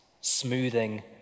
smoothing